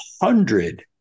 hundred